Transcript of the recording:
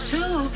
Two